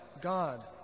God